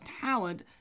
talent